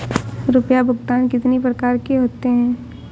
रुपया भुगतान कितनी प्रकार के होते हैं?